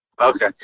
Okay